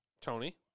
Tony